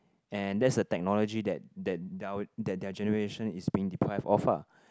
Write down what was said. and that's the technology that that their their generation is being deprived of ah